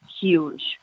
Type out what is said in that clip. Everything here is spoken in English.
huge